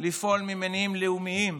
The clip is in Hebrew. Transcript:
לפעול ממניעים לאומיים,